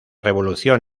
revolución